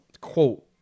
quote